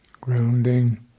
Grounding